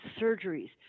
surgeries